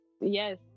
Yes